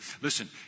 Listen